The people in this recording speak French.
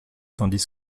tandis